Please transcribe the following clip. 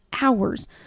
hours